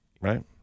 right